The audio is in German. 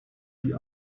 die